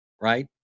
right